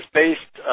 based